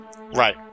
Right